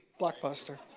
Blockbuster